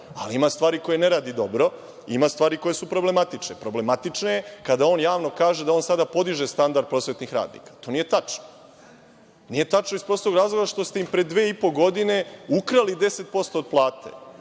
Ali, ima stvari koje ne radi dobro, ima stvari koje su problematične. Problematične, kada on javno kaže da on sada podiže standard prosvetnih radnika. To nije tačno. Nije tačno iz prostog razloga što ste im pre dve i po godine ukrali 10% od plate